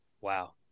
Wow